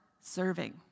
serving